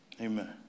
Amen